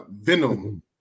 Venom